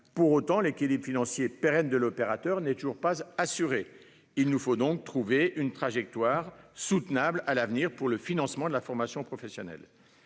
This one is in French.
Pour autant, l'équilibre financier pérenne de cet opérateur n'est toujours pas assuré. Monsieur le ministre, une trajectoire soutenable pour le financement de la formation professionnelle